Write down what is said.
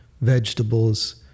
vegetables